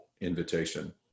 invitation